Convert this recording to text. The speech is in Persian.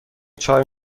چای